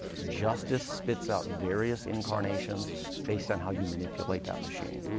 justice spits out various incarnations based on how you manipulate that machine.